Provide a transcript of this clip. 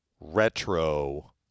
retro